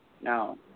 No